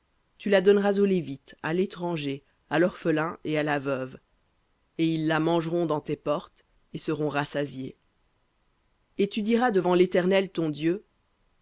tu la donneras au lévite à l'étranger à l'orphelin et à la veuve et ils la mangeront dans tes portes et seront rassasiés et tu diras devant l'éternel ton dieu